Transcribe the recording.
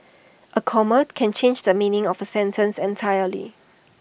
A comma can change the meaning of A sentence entirely